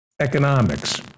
economics